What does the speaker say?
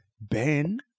Ben